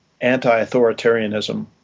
Anti-authoritarianism